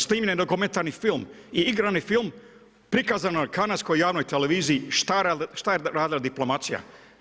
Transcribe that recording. Snimljen je dokumentarni film i igrani film, prikazan na kanadskoj javnoj televiziji, šta je radila diplomacija?